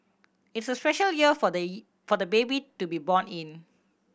it's a special year for the for the baby to be born in